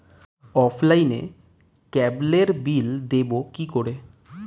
অফলাইনে ক্যাবলের বিল দেবো কি করে?